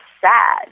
sad